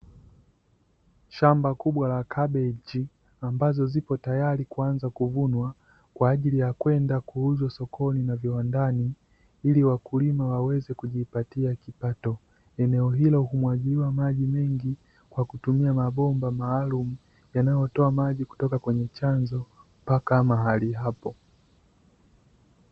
Shamba kubwa la kabeji ambazo ziko tayari kuanza kuvunwa kwaajili ya kwenda kuuzwa sokoni na viwandani ili wakulima waweze kujipatia kipato, eneo hilo humwagiwa maji mengi kwa kutumia mabomba maalum yanayotoa maji kutoka kwenye chanzo mpaka mahali hapo.